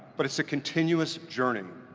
but it's a continuous journey.